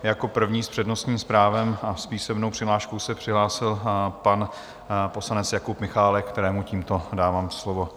Jako první s přednostním právem a s písemnou přihláškou se přihlásil pan poslanec Jakub Michálek, kterému tímto dávám slovo.